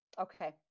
Okay